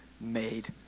made